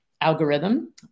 algorithm